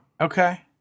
Okay